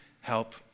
help